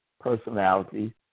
personality